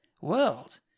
world